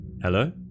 Hello